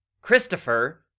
Christopher